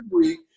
week